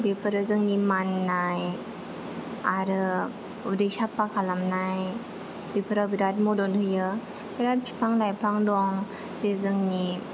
बेफोरो जोंनि माननाय आरो उदै साफा खालामनाय बेफोराव बिरात मदद होयो बिरात बिफां लाइफां दं जे जोंनि